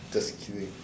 just kidding